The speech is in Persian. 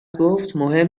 گفتمهم